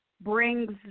brings